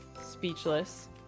speechless